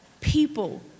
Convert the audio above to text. people